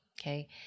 okay